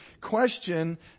question